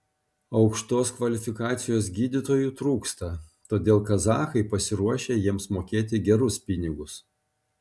aukštos kvalifikacijos gydytojų trūksta todėl kazachai pasiruošę jiems mokėti gerus pinigus